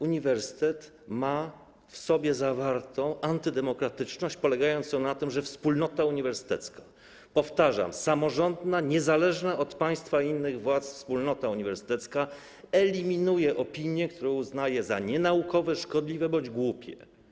Uniwersytet ma w sobie zawartą antydemokratyczność polegającą na tym, że wspólnota uniwersytecka, powtarzam, samorządna, niezależna od państwa i innych władz wspólnota uniwersytecka eliminuje opinie, które uznaje za nienaukowe, szkodliwe bądź głupie.